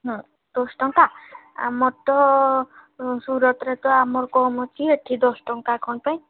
ହଁ ଦଶ ଟଙ୍କା ଆମର ତ ସୁରତରେ ତ ଆମର କମ୍ ଅଛି ଏଠି ଦଶ ଟଙ୍କା କ'ଣ ପାଇଁ